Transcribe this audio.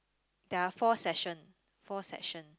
there are four section four section